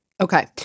Okay